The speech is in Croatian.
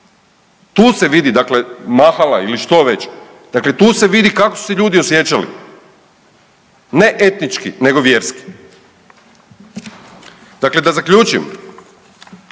tu se vidi dakle Mahala ili što već dakle tu se vidi kako su se ljudi osjećali, ne etnički nego vjerski. Dakle, da zaključim,